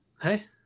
Hey